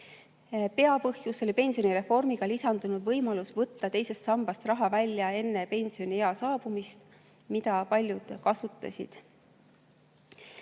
Peapõhjus oli pensionireformiga lisandunud võimalus võtta teisest sambast raha välja enne pensioniea saabumist. Seda võimalust paljud kasutasid.